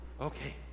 Okay